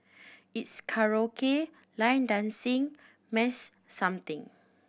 it's karaoke line dancing mass something